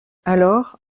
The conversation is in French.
alors